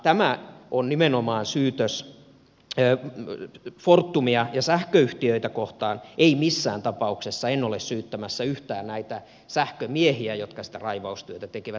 tämä on nimenomaan syytös fortumia ja sähköyhtiöitä kohtaan missään ta pauksessa en ole syyttämässä yhtään niitä sähkömiehiä jotka sitä raivaustyötä tekivät